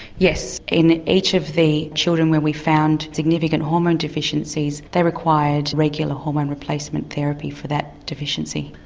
yes, in each of the children where we found significant hormone deficiencies they required regular hormone replacement therapy for that deficiency.